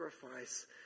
sacrifice